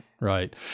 right